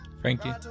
Frankie